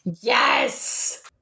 yes